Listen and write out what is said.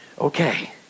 Okay